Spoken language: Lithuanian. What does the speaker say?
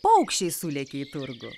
paukščiai sulėkė į turgų